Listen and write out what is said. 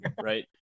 Right